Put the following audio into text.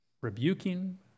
rebuking